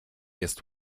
jest